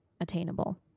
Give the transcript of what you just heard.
attainable